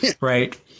Right